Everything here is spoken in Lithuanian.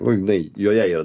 nu jinai joje yra